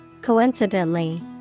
Coincidentally